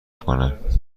کنم